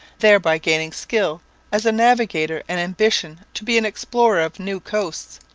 thereby gaining skill as a navigator and ambition to be an explorer of new coasts.